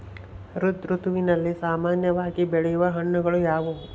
ಝೈಧ್ ಋತುವಿನಲ್ಲಿ ಸಾಮಾನ್ಯವಾಗಿ ಬೆಳೆಯುವ ಹಣ್ಣುಗಳು ಯಾವುವು?